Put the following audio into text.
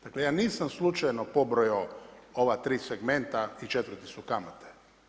Dakle ja nisam slučajno pobrojao ova tri segmenta i četvrti su kamate.